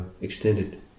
extended